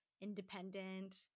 independent